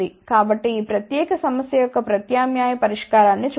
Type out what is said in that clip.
కాబట్టి ఈ ప్రత్యేక సమస్య యొక్క ప్రత్యామ్నాయ పరిష్కారాన్ని చూద్దాం